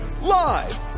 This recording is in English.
live